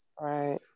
Right